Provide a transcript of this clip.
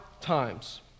times